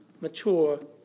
mature